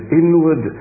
inward